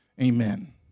Amen